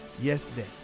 Yesterday